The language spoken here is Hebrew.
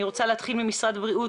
ואני רוצה להתחיל ממשרד הבריאות,